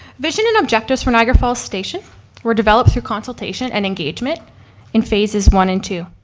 vision and objectives for niagara falls station were developed through consultation and engagement in phases one and two.